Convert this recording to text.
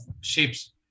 shapes